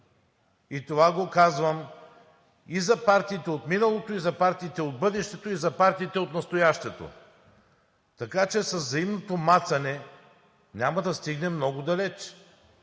Това го казвам и за партиите от миналото, и за партиите от бъдещото, и за партиите от настоящето, така че с взаимното мацане, няма да стигнем много далеч.